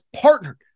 partnered